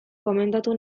komentatu